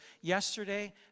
Yesterday